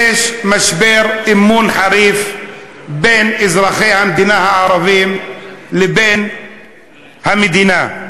יש משבר אמון חריף בין אזרחי המדינה הערבים לבין המדינה.